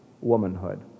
womanhood